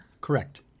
Correct